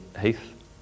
Heath